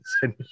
send